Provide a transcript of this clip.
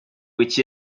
which